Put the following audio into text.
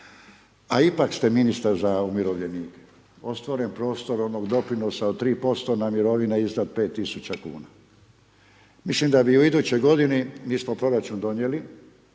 a ipak ste ministar za umirovljenike, ostvaren prostornog doprinosa od 3% na mirovine iznad 5000 kn. Mislim da bi u idućoj g. mi smo proračun donijeli,